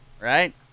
Right